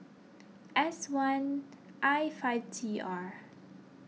S one I five T R